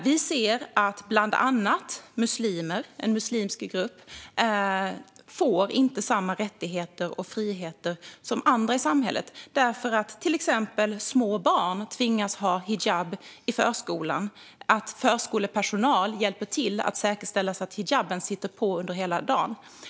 Vi ser att muslimer, bland andra, inte får samma rättigheter och friheter som andra i samhället. Små barn tvingas till exempel ha hijab i förskolan, och det finns förskolepersonal som hjälper till att säkerställa att hijaben sitter på hela dagen.